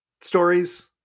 stories